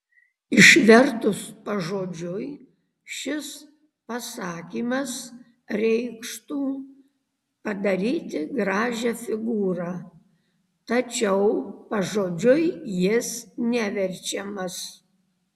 išvertus pažodžiui šis pasakymas reikštų padaryti gražią figūrą tačiau pažodžiui jis neverčiamas